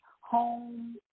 home